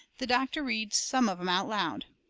the doctor reads some of em out loud.